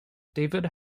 david